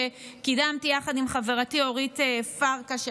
שקידמתי יחד עם חברתי אורית פרקש,